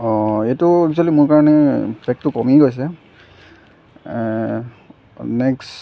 অ' এইটো একচুয়েলি মোৰ কাৰণে পেকটো কমি গৈছে নেক্সট